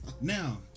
Now